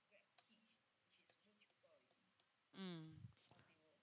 mm